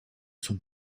son